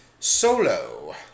Solo